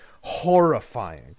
horrifying